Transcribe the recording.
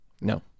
No